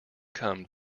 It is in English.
come